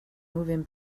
moving